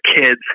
kids